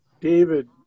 David